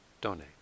donate